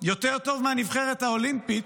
יותר טוב מהנבחרת האולימפית,